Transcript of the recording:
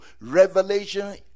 Revelation